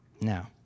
Now